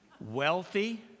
Wealthy